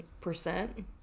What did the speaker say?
percent